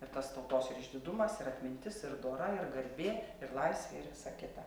ir tas tautos ir išdidumas ir atmintis ir dora ir garbė ir laisvė ir visa kita